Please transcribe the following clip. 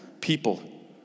people